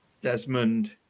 Desmond